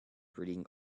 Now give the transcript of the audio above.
reading